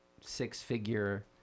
six-figure